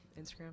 Instagram